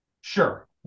Sure